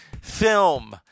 film